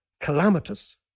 calamitous